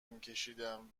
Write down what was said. میکشیدم